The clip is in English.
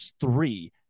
three